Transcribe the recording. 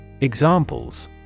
Examples